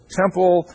temple